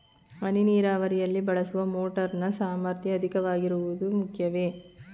ಹನಿ ನೀರಾವರಿಯಲ್ಲಿ ಬಳಸುವ ಮೋಟಾರ್ ನ ಸಾಮರ್ಥ್ಯ ಅಧಿಕವಾಗಿರುವುದು ಮುಖ್ಯವೇ?